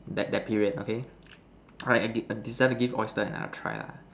that that period okay alright I decided to give oyster another try lah